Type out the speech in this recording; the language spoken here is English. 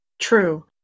True